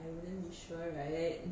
I wouldn't be sure right